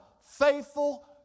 faithful